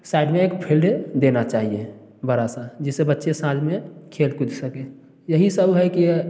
side में एक field देना चाहिए बड़ा सा जिससे बच्चे शाम में खेल कूद सके यही सब है कि